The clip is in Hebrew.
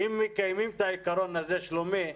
אם מקיימים את העיקרון הזה, שלומי,